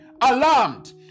Alarmed